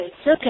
Okay